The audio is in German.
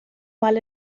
mal